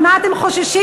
ממה אתם חוששים?